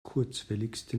kurzwelligste